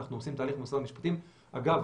אגב,